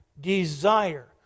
desire